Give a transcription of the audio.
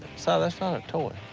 si, that's not a toy.